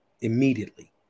immediately